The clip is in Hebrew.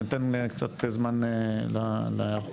אתן קצת זמן להיערכות.